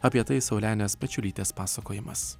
apie tai saulenės pečiulytės pasakojimas